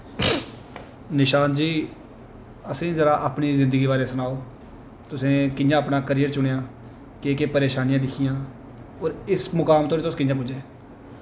निशांत जी असें ई जरा अपनी जिंदगी बारे सनाओ तुसें कि'यां अपना करियर चुनेआ केह् केह् परेशानियां दिक्खियां और इस मुकाम धोड़ी तुस कि'यां पुज्जे